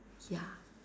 ya